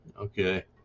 Okay